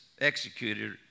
executed